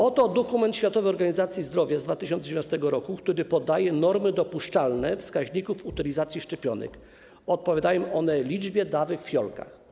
Oto dokument Światowej Organizacji Zdrowia z 2017 r., który podaje normy dopuszczalnych wskaźników utylizacji szczepionek, odpowiadają one liczbie dawek w fiolkach.